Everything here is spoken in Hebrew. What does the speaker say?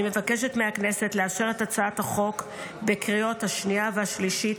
אני מבקשת מהכנסת לאשר את הצעת החוק בקריאות השנייה והשלישית.